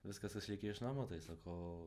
viskas kas likę iš namų tai sakau